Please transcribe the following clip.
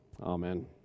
Amen